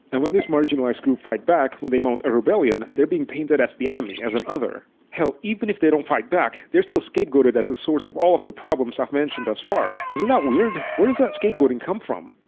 and when these marginalized groups fight back, when they mount a rebellion, they're painted as the enemy, as an other. hell, even if they don't fight back, they're still scapegoated as the source of all of the problems i've mentioned thus far. isn't that weird? where does that scapegoating come from?